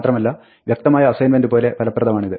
മാത്രമല്ല വ്യക്തമായ അസൈൻമെൻറ് പോലെ ഫലപ്രദമാണിത്